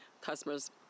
customers